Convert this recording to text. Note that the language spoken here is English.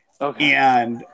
Okay